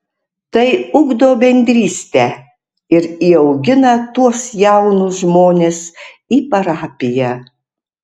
tai ugdo bendrystę ir įaugina tuos jaunus žmones į parapiją